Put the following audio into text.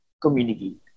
communicate